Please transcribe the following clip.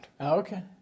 Okay